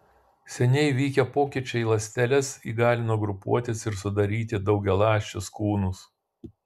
seniai vykę pokyčiai ląsteles įgalino grupuotis ir sudaryti daugialąsčius kūnus